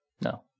No